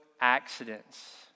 accidents